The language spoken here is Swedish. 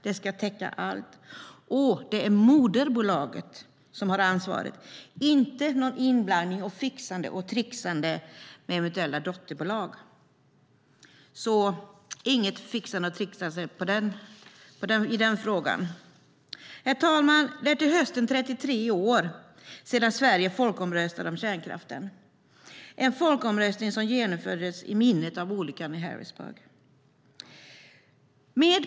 Det ska täcka allt, och det är moderbolaget som har ansvaret - utan inblandning av och fixande och tricksande med eventuella dotterbolag. Det får alltså inte vara något fixande och tricksande i den frågan. Herr talman! Det är till hösten 33 år sedan Sverige folkomröstade om kärnkraften. Det var en folkomröstning som genomfördes med olyckan i Harrisburg i minnet.